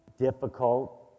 difficult